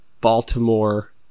baltimore